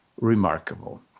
remarkable